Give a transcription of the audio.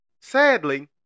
Sadly